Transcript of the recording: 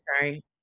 sorry